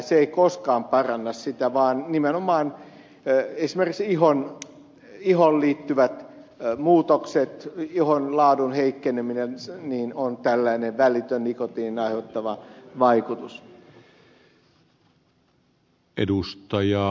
se ei koskaan paranna sitä vaan nimenomaan esimerkiksi ihoon liittyvät muutokset ihon laadun heikkeneminen ovat tällaisia välittömiä nikotiinin aiheuttamia vaikutuksia